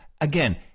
Again